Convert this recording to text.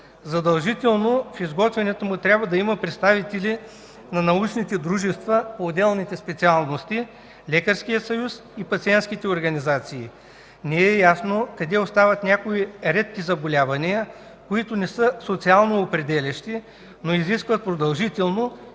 Задължително в изготвянето му трябва да има представители на научните дружества по отделните специалности – Лекарският съюз и пациентските организации. Не е ясно къде остават някои редки заболявания, които не са социално определящи, но изискват продължително